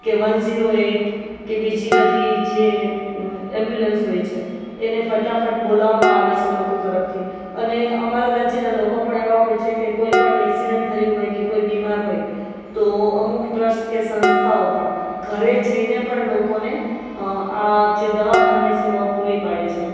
કે one zero eight કે બીજી બધી જે એમ્બ્યુલન્સ હોય છે એને ફટાફટ બોલાવામાં આવે છે લોકો તરફથી અને અમારા રાજ્યના લોકો પણ એવા હોય છે કે કોઈપણ એક્સિડન્ટ થયો હોય કે કોઈ બીમાર હોય તો અમુક ટ્રસ્ટ કે સંસ્થાઓ પણ ઘરે જઈને પણ લોકોને આ જે દવાખાનાની સેવાઓ પૂરી પાડે છે